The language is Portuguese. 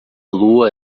lua